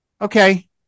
okay